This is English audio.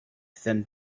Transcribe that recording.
than